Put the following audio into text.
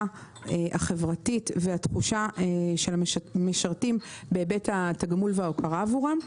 החברתית והתחושה של המשרתים בהיבט התגמול וההוקרה עבורם.